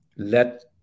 let